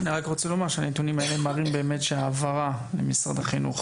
אני רק רוצה לומר שהנתונים האלה מראים באמת שההעברה למשרד החינוך